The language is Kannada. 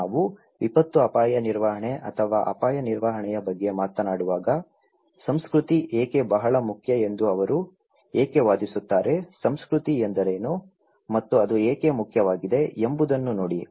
ನಾವು ವಿಪತ್ತು ಅಪಾಯ ನಿರ್ವಹಣೆ ಅಥವಾ ಅಪಾಯ ನಿರ್ವಹಣೆಯ ಬಗ್ಗೆ ಮಾತನಾಡುವಾಗ ಸಂಸ್ಕೃತಿ ಏಕೆ ಬಹಳ ಮುಖ್ಯ ಎಂದು ಅವರು ಏಕೆ ವಾದಿಸುತ್ತಾರೆ ಸಂಸ್ಕೃತಿ ಎಂದರೇನು ಮತ್ತು ಅದು ಏಕೆ ಮುಖ್ಯವಾಗಿದೆ ಎಂಬುದನ್ನು ನೋಡಿ